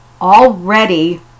already